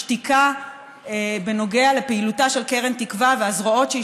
השתיקה בנוגע לפעילותה של קרן תקווה והזרועות שהיא